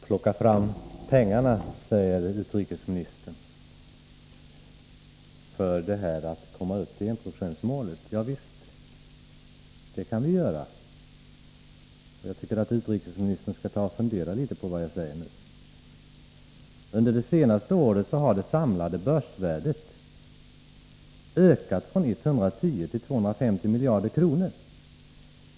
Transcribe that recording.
Herr talman! Plocka fram pengarna som krävs för att man skall kunna komma upp till enprocentsmålet, säger utrikesministern. Ja visst, det kan vi göra. Jag tycker att utrikesministern skall ta och fundera litet på vad jag säger nu. Under det senaste året har det samlade börsvärdet ökat från 110 till 250 miljarder kronor.